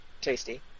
tasty